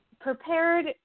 prepared